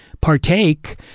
partake